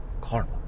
karma